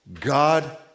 God